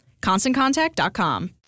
ConstantContact.com